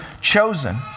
chosen